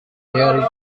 there